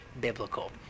biblical